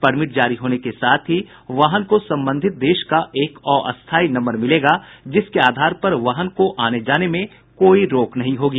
permit जारी होने के साथ ही वाहन को संबंधित देश का एक अस्थायी नम्बर मिलेगा जिसके आधार पर वाहन को आने जाने में कोई रोक नहीं होगी